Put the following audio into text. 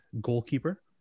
goalkeeper